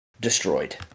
Destroyed